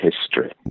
history